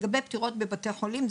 לגבי פטירות בבתי חולים,